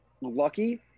lucky